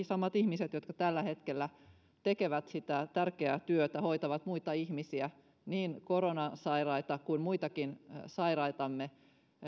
samat ihmiset jotka tällä hetkellä tekevät sitä tärkeää työtä hoitavat muita ihmisiä niin korona sairaita kuin muitakin sairaitamme